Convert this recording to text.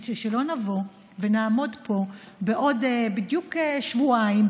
כדי שלא נבוא ונעמוד פה בעוד בדיוק שבועיים,